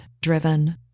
driven